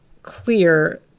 clear